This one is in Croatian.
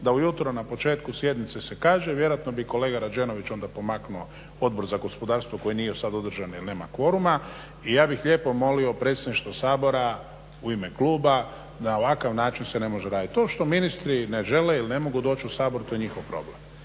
da ujutro na početku sjednice se kaže. Vjerojatno bi i kolega Rađenović onda pomaknuo Odbor za gospodarstvo koji nije sad održan jer nema kvoruma i ja bih lijepo molio predsjedništvo Sabora u ime kluba na ovakav način se ne može raditi. To što ministri ne žele ili ne mogu doći u Sabor to je njihov problem.